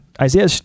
Isaiah